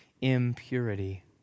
impurity